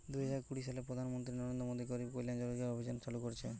দুই হাজার কুড়ি সালে প্রধান মন্ত্রী নরেন্দ্র মোদী গরিব কল্যাণ রোজগার অভিযান চালু করিছে